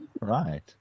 Right